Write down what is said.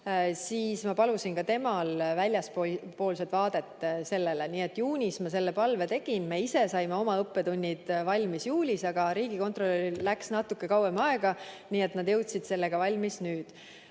siis ma palusin temalt väljastpoolt vaadet sellele. Nii et juunis ma selle palve esitasin. Me ise saime oma õppetunnid kokku võetud juulis, aga riigikontrolöril läks natuke kauem aega, nii et nad jõudsid sellega valmis